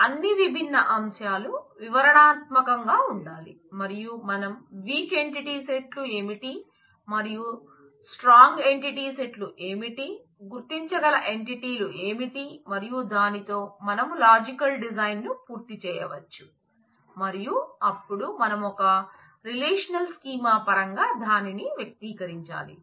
అన్ని విభిన్న అంశాలు వివరణాత్మకంగా ఉండాలి మరియు మనం వీక్ ఎంటిటీ సెట్లు ఏమిటి మరియు స్ట్రాంగ్ ఎంటిటీ సెట్లు ఏమిటి గుర్తించగల ఎంటిటీలు ఏమిటి మరియు దానితో మనం లాజికల్ డిజైన్ ను పూర్తి చేయవచ్చు మరియు అప్పుడు మనం ఒక రిలేషనల్ స్కీమా పరంగా దానిని వ్యక్తీకరించాలి